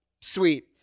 sweet